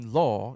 law